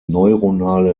neuronale